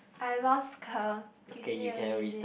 I lost count give me a minute